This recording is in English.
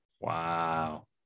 wow